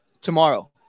tomorrow